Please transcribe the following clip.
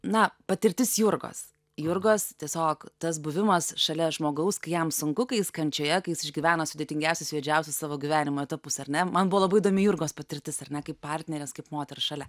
na patirtis jurgos jurgos tiesiog tas buvimas šalia žmogaus kai jam sunku kai jis kančioje kai jis išgyveno sudėtingiausius juodžiausius savo gyvenimo etapus ar ne man buvo labai įdomi jurgos patirtis ar ne kaip partnerės kaip moters šalia